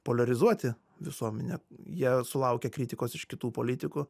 poliarizuoti visuomenę jie sulaukia kritikos iš kitų politikų